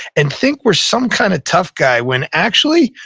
and think we're some kind of tough guy, when actually,